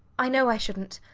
i know i shouldnt